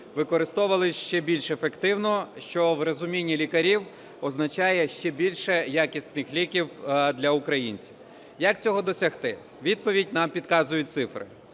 використовувались ще більш ефективно, що в розумінні лікарів означає ще більше якісних ліків для українців. Як цього досягти? Відповідь нам підказують цифри.